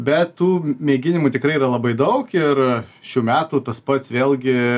bet tų mėginimų tikrai yra labai daug ir šių metų tas pats vėlgi